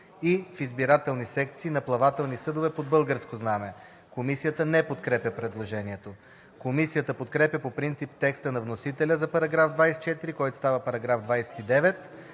„и в избирателни секции на плавателни съдове под българско знаме“.“ Комисията не подкрепя предложението. Комисията подкрепя по принцип текста на вносителя за § 24, който става § 29: